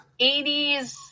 80s